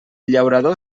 llaurador